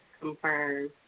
confirm